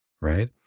right